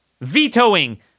Vetoing